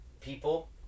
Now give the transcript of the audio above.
people